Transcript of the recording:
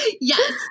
yes